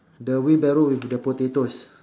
the wheelbarrow with the potatoes